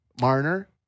Marner